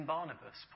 Barnabas